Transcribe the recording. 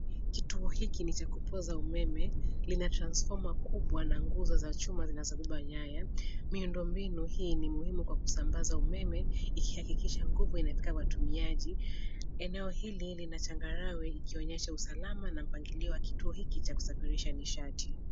Kituo hiki ni cha kupoza umeme lina transformer kubwa na nguzo za chuma zinazobeba nyaya miundo mbinu hii ni muhimu kwa kusambaza umeme ikihakikisha nguvu inafika watumiaji ,eneo hili lina changarawe ikionyesha usalama na mpangilio wa kituo hiki cha kusafirisha nishati.